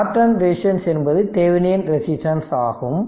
Norton resistance என்பது Thevenin resistance ஆகும்